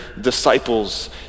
disciples